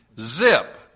Zip